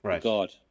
God